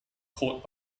caught